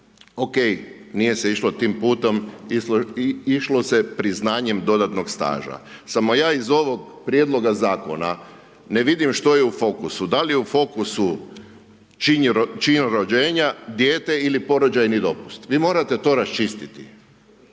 Okej, nije se išlo tim putom, išlo se priznanjem dodatnog staža. Samo ja iz ovog prijedloga Zakona ne vidim što je u fokusu, da li je u fokusu čin rođenja, dijete ili porođajni dopust. Vi to morate rasčistiti,